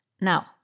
Now